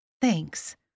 Thanks